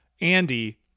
Andy